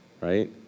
right